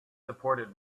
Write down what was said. supported